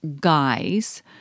guys